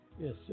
Yes